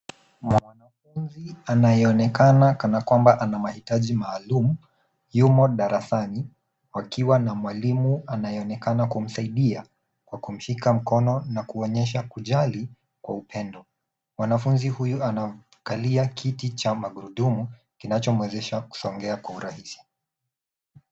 Mwanafunzi anayeonekana kana kwamba ana mahitaji maalum, yumo darasani wakiwa na mwalimu anayeonekana kumsaidia kwa kumshika mkono na kuonyesha kujali kwa upendo. Mwanafunzi huyu anakalia kiti cha magurudumu kinachomwezesha kusongea kwa urahisi.